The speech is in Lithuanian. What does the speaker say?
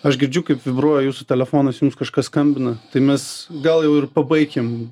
aš girdžiu kaip vibruoja jūsų telefonas jums kažkas skambina tai mes gal jau ir pabaikim